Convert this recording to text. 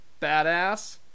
Badass